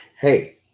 Hey